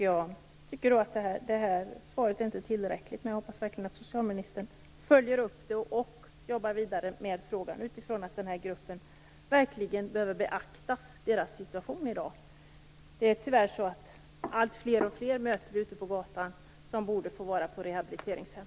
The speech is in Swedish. Jag tycker inte att det här svaret är tillräckligt, men jag hoppas verkligen att socialministern följer upp och jobbar vidare med frågan, utifrån att den här gruppens situation verkligen behöver beaktas i dag. Vi möter tyvärr fler och fler ute på gatan som borde få vara på rehabiliteringshem.